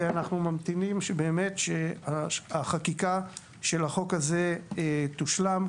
ואנחנו ממתינים שבאמת החקיקה של החוק הזה תושלם,